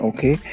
Okay